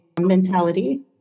mentality